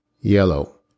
Yellow